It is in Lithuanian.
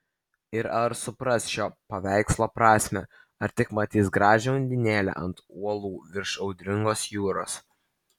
ir ar supras šio paveikslo prasmę ar tik matys gražią undinėlę ant uolų virš audringos jūros